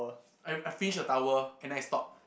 I I finish the tower and I stop